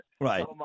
Right